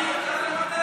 מיותר, אפשר לוותר עליו.